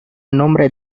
nombre